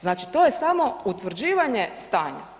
Znači to je samo utvrđivanje stanja.